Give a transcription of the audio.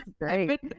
Great